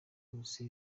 byose